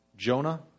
Jonah